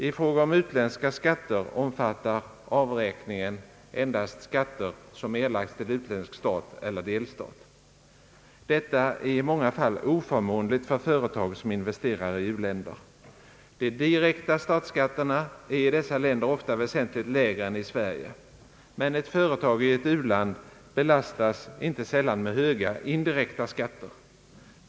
I fråga om utländska skatter omfattar avräkningen endast skatter som erlagts till utländsk stat eller delstat. Detta är i många fall oförmånligt för företag som investerar i u-länder. De direkta statsskatterna är i dessa länder ofta väsent ligt lägre än i Sverige, men ett företag i ett u-land belastas inte sällan med höga indirekta skatter.